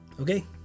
Okay